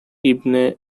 ibn